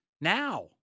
now